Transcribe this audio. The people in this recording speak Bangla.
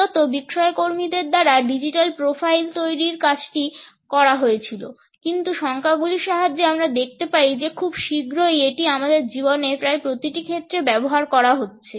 মূলত বিক্রয়কর্মীদের দ্বারা ডিজিটাল প্রোফাইল তৈরির কাজটি করা হয়েছিল কিন্তু সংজ্ঞাগুলির সাহায্যে আমরা দেখতে পাই যে খুব শীঘ্রই এটি আমাদের জীবনের প্রায় প্রতিটি ক্ষেত্রে ব্যবহার করা হচ্ছে